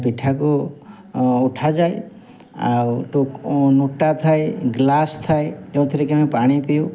ପିଠାକୁ ଉଠାଯାଏ ଆଉ ନୋଟା ଥାଏ ଗ୍ଲାସ୍ ଥାଏ ଯେଉଁଥିରେ କି ଆମେ ପାଣି ପିଉ